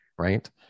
Right